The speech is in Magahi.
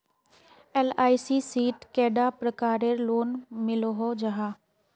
एल.आई.सी शित कैडा प्रकारेर लोन मिलोहो जाहा?